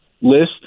list